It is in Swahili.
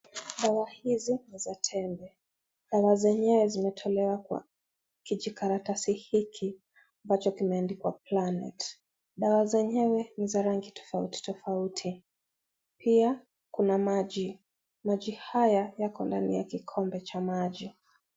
Dawa hizi ni za tembe, dawa zenyewe zimetolewa kwa kijikaratasi hiki ambacho kimeandikwa planet , dawa zenyewe ni za rangi tofauti tofauti pia kuna maji, maji haya yako ndani ya kikombe cha maji.